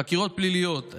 13. חקירות פליליות,